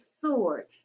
sword